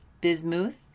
bismuth